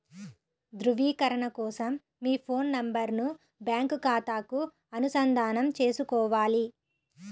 ధ్రువీకరణ కోసం మీ ఫోన్ నెంబరును బ్యాంకు ఖాతాకు అనుసంధానం చేసుకోవాలి